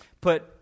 put